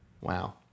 Wow